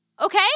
Okay